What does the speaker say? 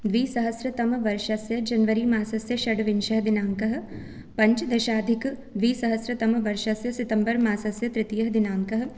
द्विसहस्रतमवर्षस्य जन्वरि मासस्य षड्विंशः दिनाङ्कः पञ्चदशाधिकद्विसहस्रतमवर्षस्य सितम्बर् मासस्य तृतीयः दिनाङ्कः